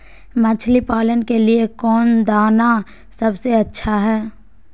मछली पालन के लिए कौन दाना सबसे अच्छा है?